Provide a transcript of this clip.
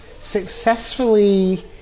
successfully